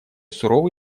суровый